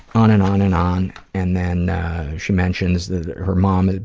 on and on and on. and then she mentions that her mom